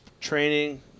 training